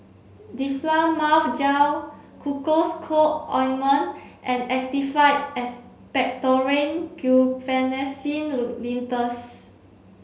Difflam Mouth Gel Cocois Co Ointment and Actified Expectorant Guaiphenesin Linctus